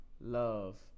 love